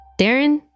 Darren